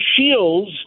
shields